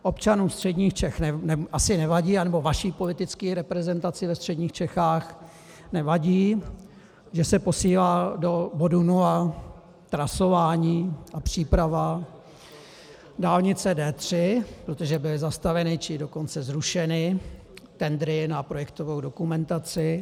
Občanům středních Čech asi nevadí, anebo vaší politické reprezentaci ve středních Čechách nevadí, že se posílá do bodu nula trasování a příprava dálnice D3, protože byly zastaveny, či dokonce zrušeny tendry na projektovou dokumentaci.